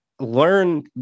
learn